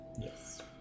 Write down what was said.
Yes